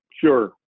Sure